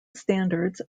standards